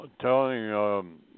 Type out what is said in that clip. telling